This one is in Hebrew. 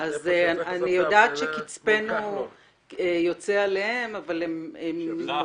אז אני יודעת שקצפנו יוצא עליהם, אבל בשביל זה הרי